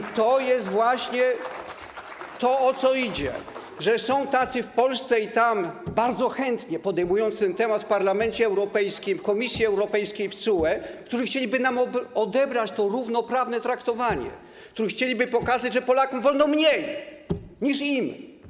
I to jest właśnie to, o co idzie, że są tacy w Polsce i tam - bardzo chętnie podejmujący ten temat w Parlamencie Europejskim, w Komisji Europejskiej, w TSUE - którzy chcieliby nam odebrać to równoprawne traktowanie, którzy chcieliby pokazać, że Polakom wolno mniej niż im.